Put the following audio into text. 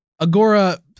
Agora